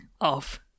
off